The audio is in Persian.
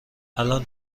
الان